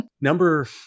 Number